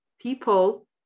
people